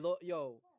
yo